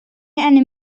einem